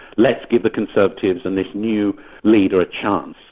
let's give the conservatives and this new leader a chance.